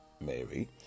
mary